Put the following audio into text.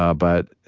ah but